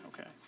Okay